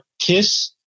Kiss